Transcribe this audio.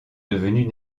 devenus